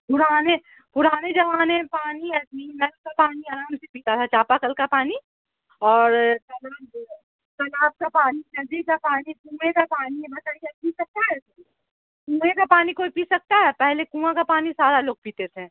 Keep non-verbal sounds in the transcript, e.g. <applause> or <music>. پرانے پرانے زمانے میں پانی <unintelligible> نل کا پانی آرام سے پیتا ہے چاپا کل کا پانی اور <unintelligible> تالاب کا پانی ندی کا پانی کنویں کا پانی <unintelligible> پی سکتا ہے کنویں کا پانی کوئی پی سکتا ہے پہلے کنواں کا پانی سارا لوگ پیتے تھے